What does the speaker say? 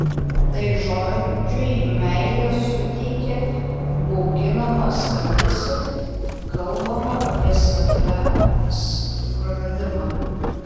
tai žodžiui meilė suteikia bauginamą skambesį kalbama apie savęs praradimą